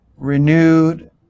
Renewed